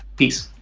peace!